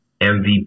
MVP